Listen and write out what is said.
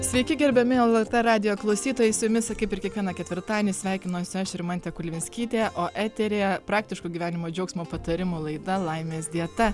sveiki gerbiami lrt radijo klausytojai su jumis kaip ir kiekvieną ketvirtadienį sveikinuosi aš rimantė kulvinskytė o eteryje praktiško gyvenimo džiaugsmo patarimų laida laimės dieta